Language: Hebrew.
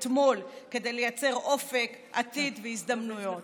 אתמול, כדי לייצר אופק, עתיד והזדמנויות.